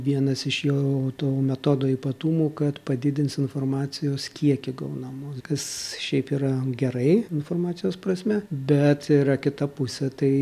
vienas iš jo to metodo ypatumų kad padidins informacijos kiekį gaunamos kas šiaip yra gerai informacijos prasme bet yra kita pusė tai